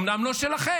אומנם לא שלכם,